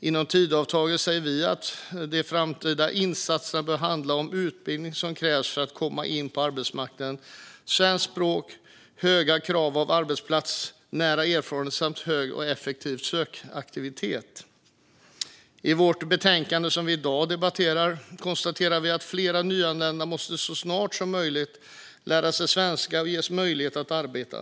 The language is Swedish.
Inom Tidöavtalet säger vi att de framtida "insatserna bör handla om utbildning som krävs för att komma in på arbetsmarknaden, svenska språket, högre grad av arbetsplatsnära erfarenhet samt hög och effektiv sökaktivitet". I det betänkande som vi i dag debatterar konstaterar vi att fler nyanlända så snart som möjligt måste lära sig svenska och ges möjlighet att arbeta.